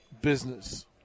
business